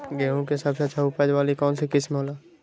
गेंहू के सबसे अच्छा उपज वाली कौन किस्म हो ला?